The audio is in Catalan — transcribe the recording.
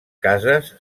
cases